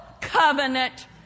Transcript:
covenant